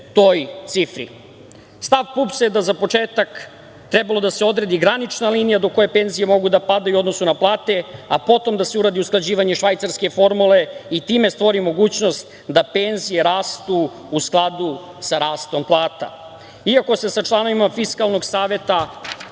PUPS-a je da bi za početak trebalo da se odredi granična linija do koje penzije mogu da padaju u odnosu na plate, a potom da se uradi usklađivanje švajcarske formule i time stvori mogućnost da penzije rastu u skladu sa rastom plata. Iako se sa članovima Fiskalnog saveta